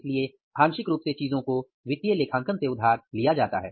इसलिए आंशिक रूप से चीजों को वित्तीय लेखांकन से उधार लिया जाता है